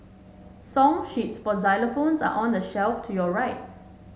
song sheets for xylophones are on the shelf to your right